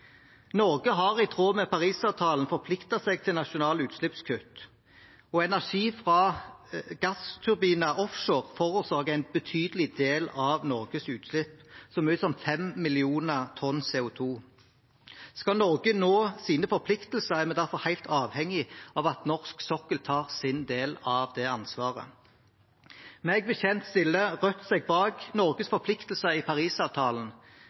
Norge har, i tråd med Parisavtalen, forpliktet seg til nasjonale utslippskutt. Energi fra gassturbiner offshore forårsaker en betydelig del av Norges utslipp – så mye som 5 millioner tonn CO 2 . Skal Norge nå sine forpliktelser, er vi derfor helt avhengig av at norsk sokkel tar sin del av det ansvaret. Meg bekjent stiller Rødt seg bak Norges forpliktelser i Parisavtalen,